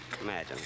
Imagine